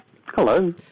Hello